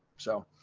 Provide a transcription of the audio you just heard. so,